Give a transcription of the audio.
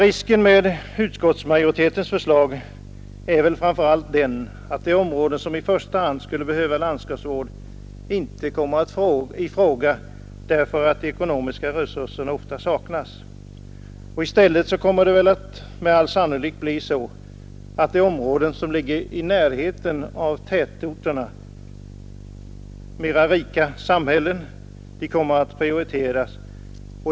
Risken med utskottsmajoritetens förslag är framför allt att de områden som i första hand skulle behöva landskapsvård inte kommer i fråga därför att de ekonomiska resurserna saknas. I stället blir det med all sannolikhet så att de områden som ligger i närheten av tätorterna, de mera rika samhällena, kommer att prioriteras.